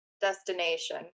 destination